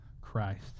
Christ